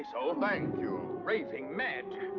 so. thank you. raving mad!